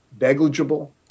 negligible